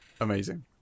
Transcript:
amazing